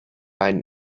einen